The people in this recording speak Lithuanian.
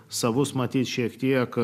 savus matyt šiek tiek